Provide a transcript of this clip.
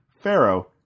Pharaoh